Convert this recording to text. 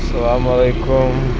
اسلام علیکُم